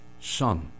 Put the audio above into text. son